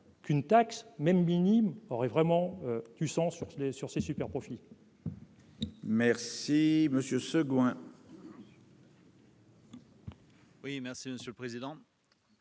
qu'une taxe même minime aurait vraiment du sang sur les sur ces superprofits. Merci monsieur Seguin. Oui, merci Monsieur le Président,